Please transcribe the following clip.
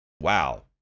Wow